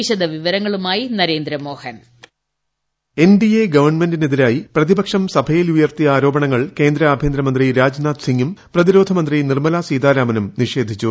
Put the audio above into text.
വിശദവിവരങ്ങളുമായി Narendramohan N D A ഗവണ്മെന്റിന് എതിരായി പ്രതിപക്ഷം സഭയിൽ ഉയർത്തിയ ആരോപണങ്ങൾ കേന്ദ്രആഭ്യന്തരമന്ത്രി രാജ്നാഥ് സിംഗും പ്രതിരോധമന്ത്രി നിർമലാ സീതാരാമനും നിഷേധിച്ചു